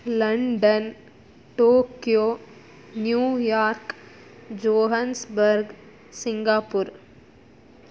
London Tokyo New York Johannesburg Singapore